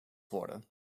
worden